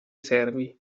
servi